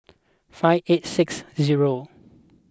five eight six zero